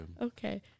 Okay